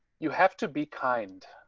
you have to be kind,